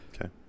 Okay